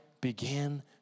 began